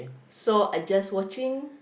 so I just watching